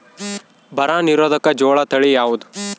ಬರ ನಿರೋಧಕ ಜೋಳ ತಳಿ ಯಾವುದು?